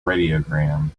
radiogram